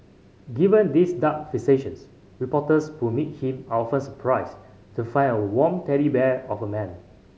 given these dark fixations reporters who meet him are often surprised to find a warm teddy bear of a man